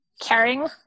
caring